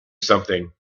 something